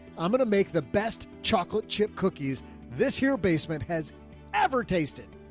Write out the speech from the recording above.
i'm going to make the best chocolate chip cookies this year. basement has ever tasted,